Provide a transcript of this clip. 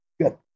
Good